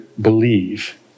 believe